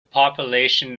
population